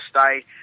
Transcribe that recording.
stay